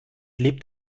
lebt